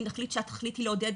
אם נחליט שהתכלית היא לעודד